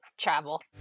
travel